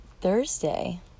Thursday